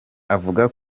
avuga